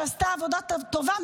שעשתה עבודה טובה,